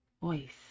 voice